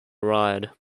ride